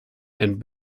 and